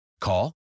Call